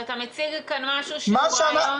אתה מציג משהו שהוא רעיון